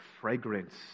fragrance